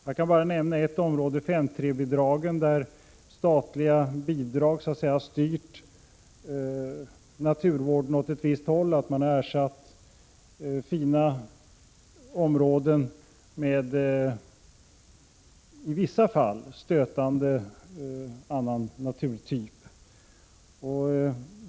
Jag kan bara nämna ett område — 5:3-bidraget. Där har statliga bidrag styrt naturvården åt ett visst håll. Man har ersatt fina områden med i vissa fall stötande annan naturtyp.